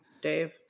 Dave